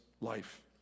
life